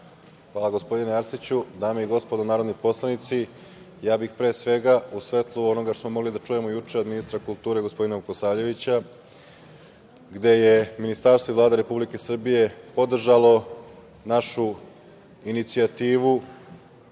Hvala, gospodine Arsiću. Dame i gospodo narodni poslanici, ja bih pre svega u svetlu onoga što smo mogli da čujemo juče od ministra kulture, gospodina Vukosavljevića gde je Ministarstvo i Vlada Republike Srbije podržalo našu inicijativu